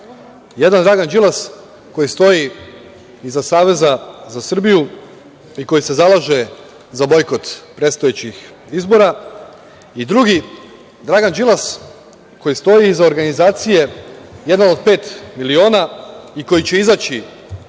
Jedan Dragan Đilas koji stoji iza Saveza za Srbiju i koji se zalaže za bojkot predstojećih izbora i drugi Dragan Đilas koji stoji iza organizacije „Jedan od pet miliona“ i koji će izaći